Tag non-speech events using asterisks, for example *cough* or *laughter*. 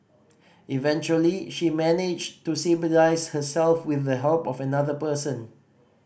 eventually she managed to *unintelligible* herself with the help of another person